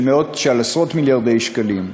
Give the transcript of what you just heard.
של עשרות-מיליארדי שקלים.